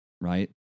Right